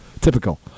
typical